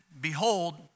behold